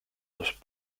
was